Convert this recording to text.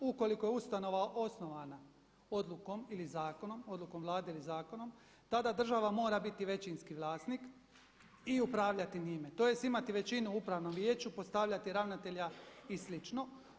Ukoliko je ustanova osnovana odlukom ili zakonom, odlukom Vlade ili zakonom tada država mora biti većinski vlasnik i upravljati njime tj. imati većinu u upravnom vijeću, postavljati ravnatelja i slično.